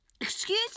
Excuse